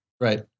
Right